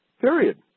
Period